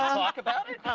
talk about it?